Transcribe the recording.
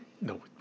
no